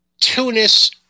Tunis